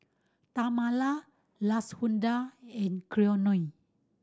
Tamala Lashunda and Cleone